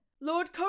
Lord